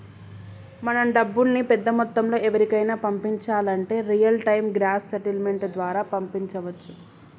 మనం డబ్బుల్ని పెద్ద మొత్తంలో ఎవరికైనా పంపించాలంటే రియల్ టైం గ్రాస్ సెటిల్మెంట్ ద్వారా పంపించవచ్చు